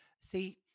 See